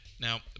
Now